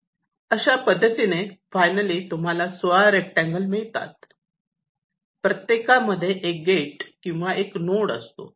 अशा पद्धतीने फायनली तुम्हाला 16 रेक्टांगल मिळतात प्रत्येकामध्ये एक गेट किंवा एक नोड असतो